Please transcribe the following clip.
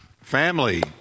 Family